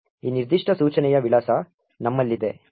ಈ ನಿರ್ದಿಷ್ಟ ಸೂಚನೆಯ ವಿಳಾಸ ನಮ್ಮಲ್ಲಿದೆ